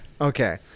Okay